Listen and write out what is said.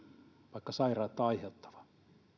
vaikka sairautta aiheuttava